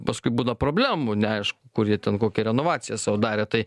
paskui būna problemų neaišku kur jie ten kokią renovaciją sau darė tai